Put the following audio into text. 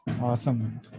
Awesome